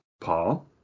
Paul